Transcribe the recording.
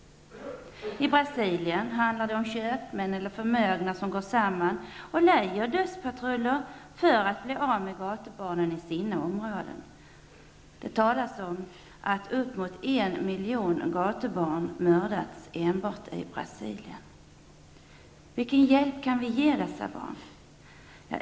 I Brasilien handlar det om köpmän eller förmögna som går samman och lejer dödspatruller för att bli av med gatubarnen i sina områden. Det talas om att uppemot en miljon gatubarn har mördats enbart i Vilken hjälp kan vi ge dessa barn?